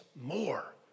more